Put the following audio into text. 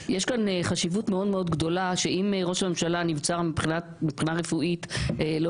יש כאן חשיבות מאוד מאוד גדולה שאם ראש הממשלה נבצר מבחינה רפואית או